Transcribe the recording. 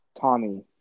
Tommy